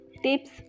tips